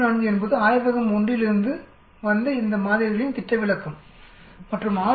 34 என்பது ஆய்வகம் 1 இலிருந்து வந்த இந்த மாதிரிகளின் திட்ட விலக்கம் மற்றும் 6